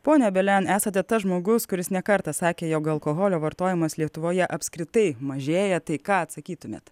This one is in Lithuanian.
pone belen esate tas žmogus kuris ne kartą sakė jog alkoholio vartojimas lietuvoje apskritai mažėja tai ką atsakytumėt